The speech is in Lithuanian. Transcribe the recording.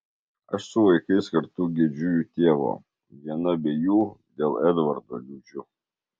aš su vaikais kartu gedžiu jų tėvo viena be jų dėl edvardo liūdžiu